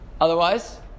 Otherwise